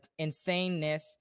insaneness